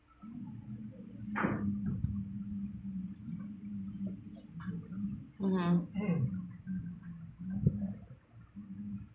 mmhmm